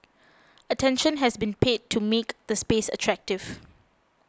attention has been paid to make the space attractive